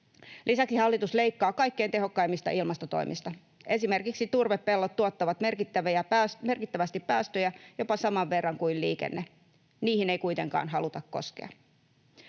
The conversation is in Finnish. Lisäksi hallitus leikkaa kaikkein tehokkaimmista ilmastotoimista. Esimerkiksi turvepellot tuottavat merkittävästi päästöjä, jopa saman verran kuin liikenne. Niihin ei kuitenkaan haluta koskea.